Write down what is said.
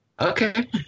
Okay